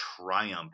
triumph